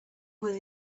were